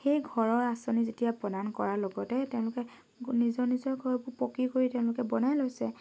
সেই ঘৰৰ আঁচনিৰ যেতিয়া প্ৰদান কৰাৰ লগতে তেওঁলোকে নিজৰ নিজৰ ঘৰবোৰ পকি কৰি তেওঁলোকে বনাই লৈছে